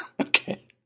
Okay